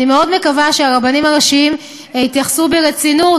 אני מאוד מקווה שהרבנים הראשיים יתייחסו ברצינות